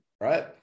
right